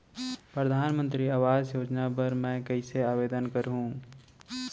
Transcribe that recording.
परधानमंतरी आवास योजना बर मैं कइसे आवेदन करहूँ?